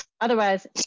Otherwise